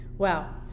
Wow